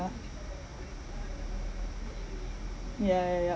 ya ya ya ya